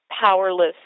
powerless